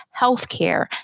healthcare